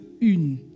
une